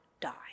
die